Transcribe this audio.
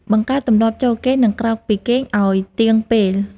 បង្កើតទម្លាប់ចូលគេង និងក្រោកពីគេងឱ្យទៀងពេល។